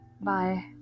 Bye